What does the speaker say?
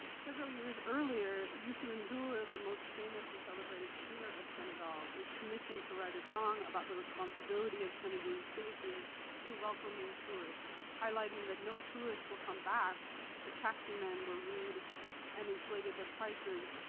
several years earlier, youssou and ndour, the most famous and celebrated singer of senegal, was commissioned to write a song about the responsibility of senegalese citizens to welcoming tourists highlighting that no tourist will come back if taxi men were rude and inflated their prices,